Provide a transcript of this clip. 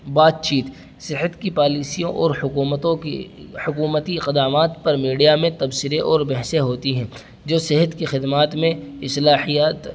بات چیت صحت کی پالیسیوں اور حکومتوں کی حکومتی اقدامات پر میڈیا میں تبصرے اور بحثیں ہوتی ہیں جو صحت کی خدمات میں اصلاحات